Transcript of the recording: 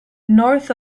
north